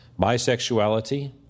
bisexuality